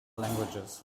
languages